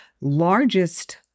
largest